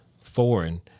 foreign